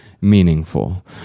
meaningful